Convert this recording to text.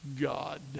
God